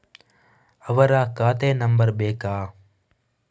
ಅವರ ಖಾತೆ ನಂಬರ್ ಬೇಕಾ?